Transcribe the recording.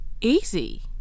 easy